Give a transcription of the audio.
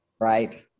Right